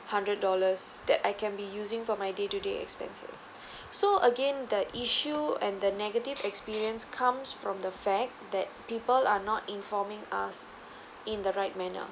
hundred dollars that I can be using for my day to day expenses so again the issue and the negative experience comes from the fact that people are not informing us in the right manner